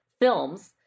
films